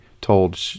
told